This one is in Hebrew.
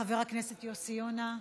חבר הכנסת יוסי יונה.